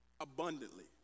abundantly